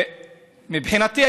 מבחינתי,